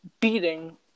beating